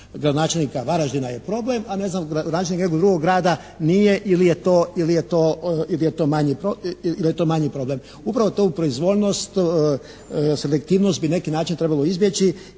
gradonačelnika Varaždina je problem, a ne znam gradonačelnika nekog drugog grada nije ili je to manji problem. Upravo tu proizvoljnost, selektivnost bi na neki način trebalo izbjeći